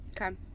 okay